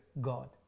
God